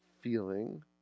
feeling